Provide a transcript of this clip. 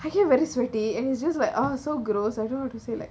I became very sweaty and it's just like oh so gross I don't want to say like